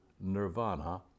nirvana